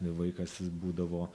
vaikas būdavo